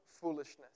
foolishness